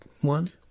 one